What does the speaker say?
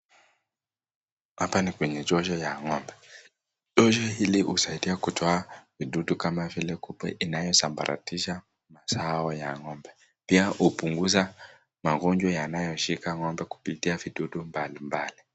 Hapa ni kwenye josho ya ng'ombe. Josho hili husaidia kutoa wadudu kama vile kupe inayosambaratisha mazao ya ng'ombe. Pia hupunguza magonjwa yanayoshika ng'ombe kupitia vidudu mbalimbali.